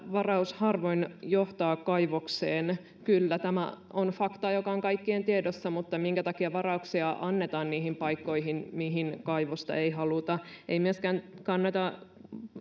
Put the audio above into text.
varaus harvoin johtaa kaivokseen kyllä tämä on fakta joka on kaikkien tiedossa mutta minkä takia varauksia annetaan niihin paikkoihin mihin kaivosta ei haluta ei myöskään kannata